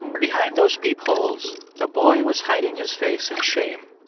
behind those peepholes, the boy was hiding his face in shame.